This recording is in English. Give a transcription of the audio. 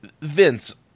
Vince